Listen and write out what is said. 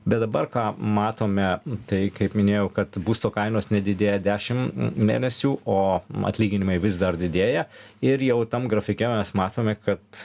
bet dabar ką matome tai kaip minėjau kad būsto kainos nedidėja dešim mėnesių o atlyginimai vis dar didėja ir jau tam grafike mes matome kad